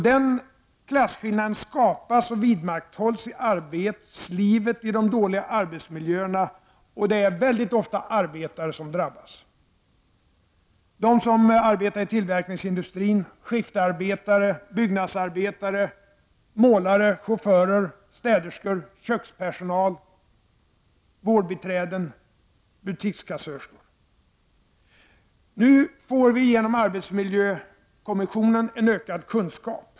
Den klasskillnaden skapas och vidmakthålls i arbetslivet genom de dåliga arbetsmiljöerna, och det är mycket ofta arbetare som drabbas — de som arbetar i tillverkningsindustrin, skiftarbetare, byggnadsarbetare, målare, chaufförer, städerskor, kökspersonal, vårdbiträden, butikskassörskor. Nu får vi genom arbetsmiljökommissionen ökad kunskap.